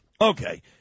okay